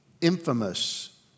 infamous